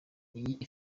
iyi